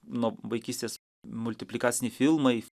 nuo vaikystės multiplikaciniai filmai